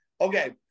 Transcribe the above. Okay